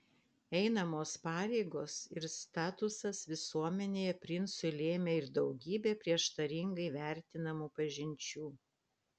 einamos pareigos ir statusas visuomenėje princui lėmė ir daugybę prieštaringai vertinamų pažinčių